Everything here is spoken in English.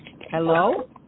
Hello